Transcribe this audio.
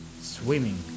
swimming